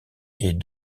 est